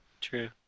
true